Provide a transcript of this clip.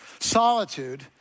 Solitude